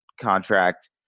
contract